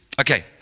Okay